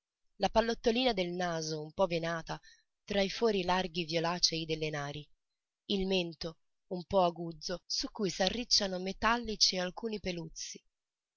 la pallottolina del naso un po venata tra i fori larghi violacei delle nari il mento un po aguzzo su cui s'arricciano metallici alcuni peluzzi